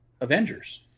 Avengers